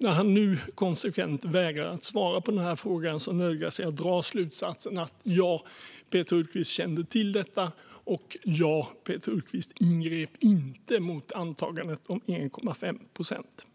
När han nu konsekvent vägrar att svara på frågan nödgas jag dra följande slutsatser: Ja, Peter Hultqvist kände till detta, och ja, Peter Hultqvist ingrep inte mot antagandet om 1,5 procent.